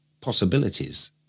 Possibilities